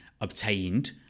obtained